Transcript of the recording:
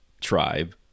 tribe